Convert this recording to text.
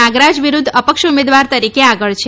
નાગરાજ વિરૂદ્ધ અપક્ષ ઉમેદવાર તરીકે આગળ છે